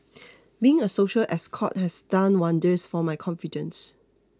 being a social escort has done wonders for my confidence